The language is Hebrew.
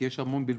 כי יש המון בלבול.